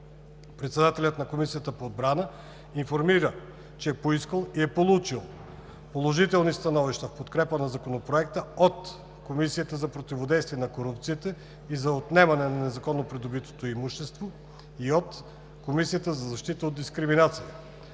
Председателят на Комисията по отбрана Константин Попов информира, че е поискал и е получил положителни становища в подкрепа на Законопроекта от Комисията за противодействие на корупцията и за отнемане на незаконно придобитото имущество и от Комисията за защита от дискриминация.